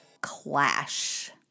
clash